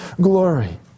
glory